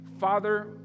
Father